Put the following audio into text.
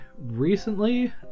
recently